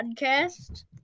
Podcast